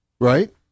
right